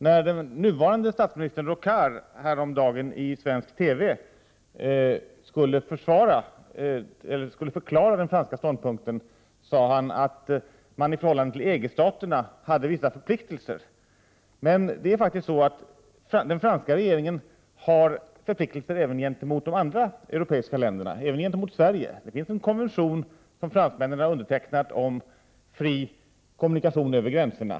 När den nuvarande premiärministern Rocard häromdagen i svensk TV skulle förklara den franska ståndpunkten, sade han att Frankrike i förhållande till EG-staterna hade vissa förpliktelser. Men den franska regeringen har förpliktelser även gentemot de andra europeiska länderna, även gentemot Sverige. Det finns en konvention som fransmännen undertecknat om fri kommunikation över gränserna.